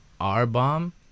R-bomb